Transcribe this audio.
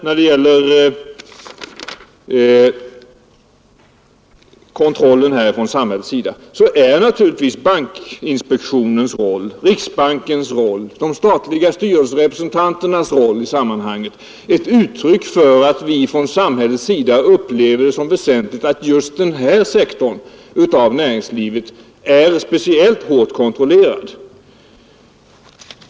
När det gäller kontrollen från samhällets sida är naturligtvis bankinspektionens, riksbankens och dess statliga styrelserepresentanternas roll i sammanhanget ett uttryck för att vi från samhällets sida upplever det såsom väsentligt att just denna sektor av näringslivet är speciellt hårt kontrollerad.